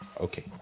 Okay